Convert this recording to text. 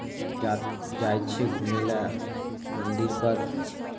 जा जाइ छियै घूमय लेल मन्दिरपर